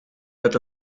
met